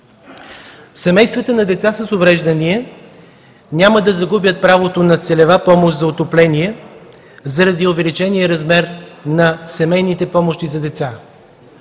Семействата на деца с увреждания няма да загубят правото на целева помощ за отопление заради увеличения размер на семейните помощи за деца.